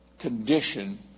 condition